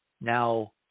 Now